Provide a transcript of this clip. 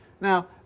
Now